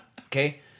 Okay